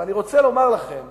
אני רוצה לומר לכם